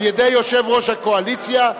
על-ידי יושב-ראש הקואליציה,